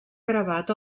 gravat